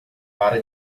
para